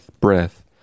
breath